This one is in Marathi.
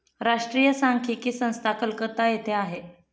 राष्ट्रीय सांख्यिकी संस्था कलकत्ता येथे आहे